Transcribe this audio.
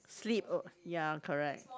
sleep oh ya correct